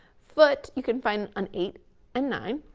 foot you can find an eight and nine.